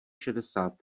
šedesát